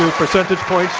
percentage points,